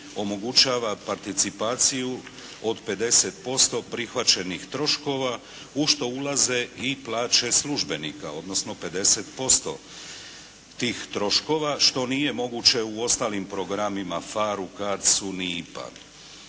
omogućava participaciju od 50% prihvaćenih troškova u što ulaze i plaće službenika, odnosno 50% tih troškova što nije moguće u ostalim programima PHARE-u, CARDS-u ni IPA.